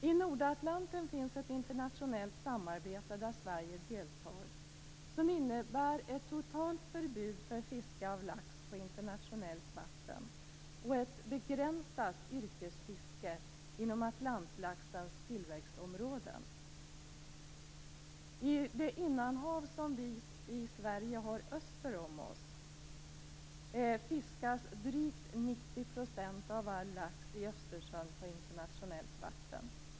I Nordatlanten finns ett internationellt samarbete där Sverige deltar som innebär ett totalt förbud av fiske av lax på internationellt vatten och ett begränsat yrkesfiske inom atlantlaxens tillväxtområden. I det innanhav som vi i Sverige har öster om oss fiskas drygt 90 % av all lax i Östersjön på internationellt vatten.